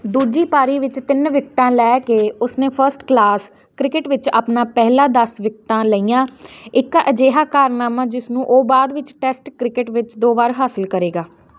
ਦੂਜੀ ਪਾਰੀ ਵਿੱਚ ਤਿੰਨ ਵਿਕਟਾਂ ਲੈ ਕੇ ਉਸਨੇ ਫਰਸਟ ਕਲਾਸ ਕ੍ਰਿਕਟ ਵਿੱਚ ਆਪਣਾ ਪਹਿਲਾ ਦਸ ਵਿਕਟਾਂ ਲਈਆਂ ਇੱਕ ਅਜਿਹਾ ਕਾਰਨਾਮਾ ਜਿਸ ਨੂੰ ਉਹ ਬਾਅਦ ਵਿੱਚ ਟੈਸਟ ਕ੍ਰਿਕਟ ਵਿੱਚ ਦੋ ਵਾਰ ਹਾਸਲ ਕਰੇਗਾ